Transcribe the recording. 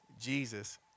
Jesus